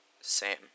Sam